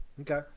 Okay